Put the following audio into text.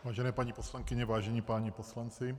Vážené paní poslankyně, vážení páni poslanci.